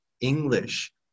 English